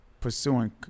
pursuing